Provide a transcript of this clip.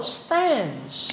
stands